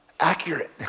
accurate